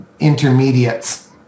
intermediates